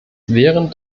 während